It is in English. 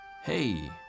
hey